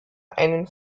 einen